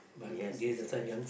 yes exactly